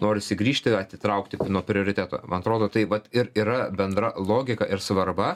norisi grįžti atitraukti nuo prioriteto man atrodo tai vat ir yra bendra logika ir svarba